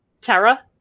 Tara